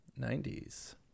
90s